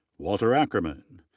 walter ackerman.